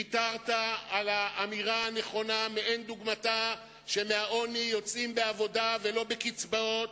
ויתרת על האמירה הנכונה שאין דוגמתה שמהעוני יוצאים בעבודה ולא בקצבאות,